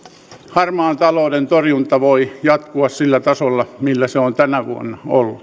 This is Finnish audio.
harmaan talouden torjunta voi jatkua sillä tasolla millä se on tänä vuonna ollut